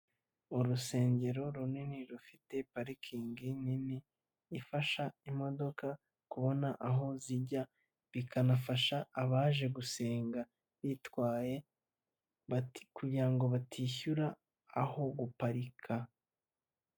Urusengero runini rufite parikingi nini ifasha imodoka kubona aho zijya bikanafasha abaje gusenga bitwaye bati kugira ngo batishyura aho guparika.